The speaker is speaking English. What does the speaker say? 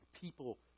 People